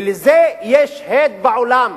ולזה יש הד בעולם.